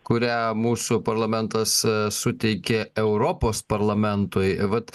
kurią mūsų parlamentas suteikė europos parlamentui vat